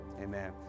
Amen